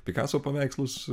pikaso paveikslus